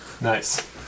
Nice